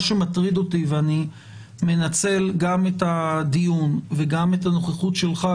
מה שמטריד אותי - ואני מנצל גם את הדיון וגם את הנוכחות שלך,